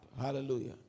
Hallelujah